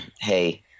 hey